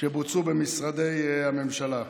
שבוצעו במשרדי הממשלה.